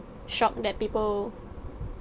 shocked that people